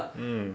mm